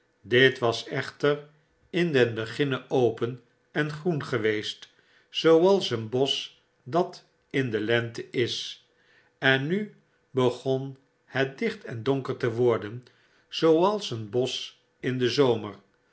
dit was echter in den beginne open en groen geweest zooals een bosch dat in de lente is en nu begon het dicht en donker te worden zooals een bosch in den zomer